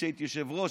כשהייתי יושב-ראש,